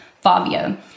Fabio